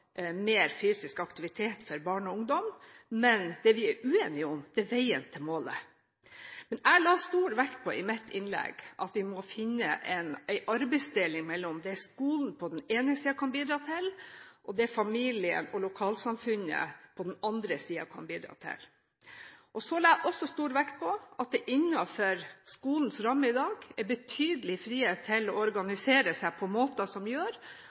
mer fysisk aktivitet for barn og ungdom, men det vi er uenige om, er veien til målet. Jeg la stor vekt på i mitt innlegg at vi må finne en arbeidsdeling mellom hva skolen på den ene siden kan bidra til, og hva familien og lokalsamfunnet på den andre siden kan bidra til. Så la jeg også stor vekt på at det innenfor skolens ramme i dag er en betydelig frihet til å organisere seg på måter som gjør